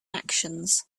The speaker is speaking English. actions